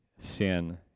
sin